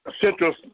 Central